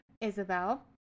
Isabel